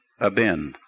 abin